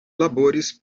laboris